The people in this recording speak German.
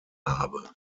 habe